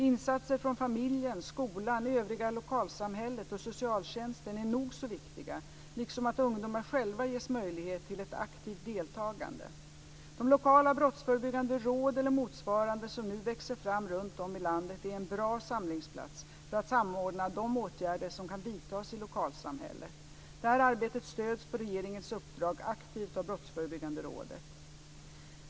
Insatser från familjen, skolan, övriga lokalsamhället och socialtjänsten är nog så viktiga liksom att ungdomar själva ges möjlighet till ett aktivt deltagande. De lokala brottsförebyggande råd eller motsvarande som nu växer fram runtom i landet är en bra samlingsplats för att samordna de åtgärder som kan vidtas i lokalsamhället. Detta arbete stöds, på regeringens uppdrag, aktivt av Brottsförebyggande rådet, BRÅ.